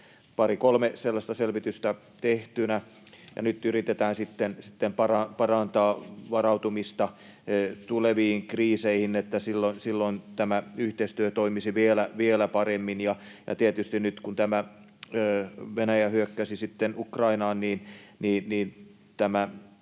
pari kolme sellaista selvitystä tehtynä. Nyt yritetään sitten parantaa varautumista tuleviin kriiseihin, että silloin tämä yhteistyö toimisi vielä paremmin. Ja tietysti nyt, kun Venäjä hyökkäsi sitten Ukrainaan — tätä